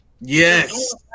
yes